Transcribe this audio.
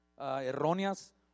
Erróneas